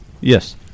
Yes